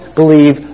believe